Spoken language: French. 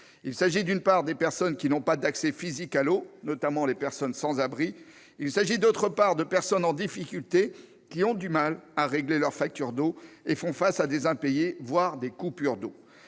Il s'agit, d'une part, des personnes qui n'ont pas d'accès physique à l'eau, notamment les sans-abri, et, d'autre part, de personnes en difficulté qui ont du mal à régler leurs factures d'eau et font face à des impayés, voire à des coupures d'eau.